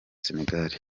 senegal